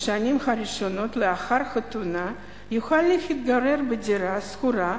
בשנים הראשונות לאחר החתונה יוכל להתגורר בדירה שכורה,